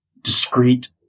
discrete